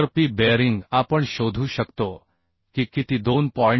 तर p bearing आपण शोधू शकतो की किती 2